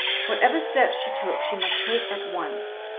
whatever steps she took she must take at once.